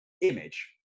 image